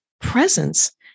presence